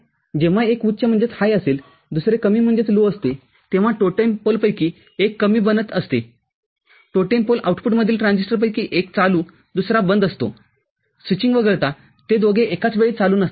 जेव्हा एक उच्चअसेल दुसरे कमीअसते तेव्हा टोटेम पोलपैकी एक कमीबनत असते टोटेम पोल आउटपुटमधील ट्रांझिस्टरपैकी एक चालू दुसरा बंद असतोस्विचिंग वगळता ते दोघे एकाचवेळी चालू नसतात